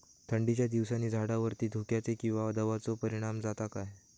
थंडीच्या दिवसानी झाडावरती धुक्याचे किंवा दवाचो परिणाम जाता काय?